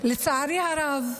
לצערי הרב,